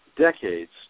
decades